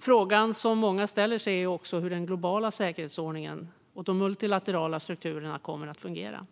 Frågan som många också ställer sig är hur den globala säkerhetsordningen och de multilaterala strukturerna kommer att fungera.